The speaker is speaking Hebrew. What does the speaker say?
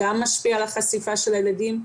גם משפיע על החשיפה של הילדים.